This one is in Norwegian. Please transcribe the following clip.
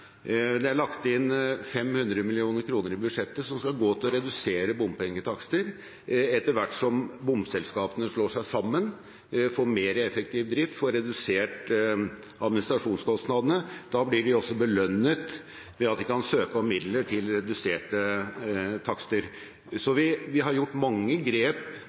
Det er lagt inn 500 mill. kr i budsjettet som skal gå til å redusere bompengetakster etter hvert som bompengeselskapene slår seg sammen, får mer effektiv drift og får redusert administrasjonskostnadene. Da blir de også belønnet ved at de kan søke om midler til reduserte takster. Så vi har gjort mange grep